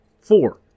Four